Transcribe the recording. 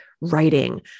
writing